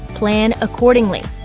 plan accordingly.